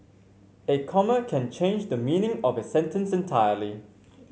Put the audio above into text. a comma can change the meaning of a sentence entirely